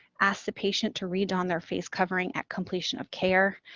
ask the patient to re-don their face covering at completion of care,